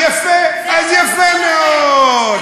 יפה, אז, יפה מאוד.